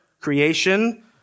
creation